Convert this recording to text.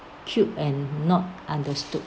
and not understood